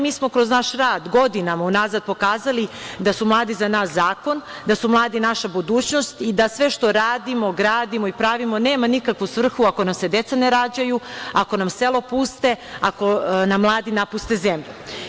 Mi smo kroz naš rad godinama unazad pokazali da su mladi za nas zakon, da su mladi naša budućnost i da sve što radimo, gradimo i pravimo nema nikakvu svrhu ako nam se deca ne rađaju, ako nam sela puste, ako nam mladi napuste zemlju.